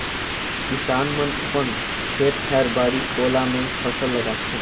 किसान मन अपन खेत खायर, बाड़ी कोला मे फसल लगाथे